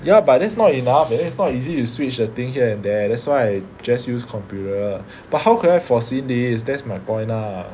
ya but that's not enough it is not easy to switch the thing here and there that's why I just use computer but how could I have foreseen this that's my point lah